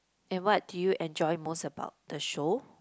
and what do you enjoy most about the show